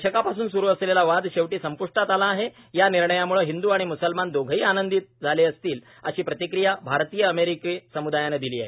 दशकांपासून स्रु असलेला वाद शेवटी संप्ष्टात आला आहे या निर्णयामुळे हिंदू आणि मुसलमान दोघेही आनंदित झाले असतील अशी प्रतिक्रिया आरतीय अमेरिकी समुदायानं दिली आहे